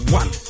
one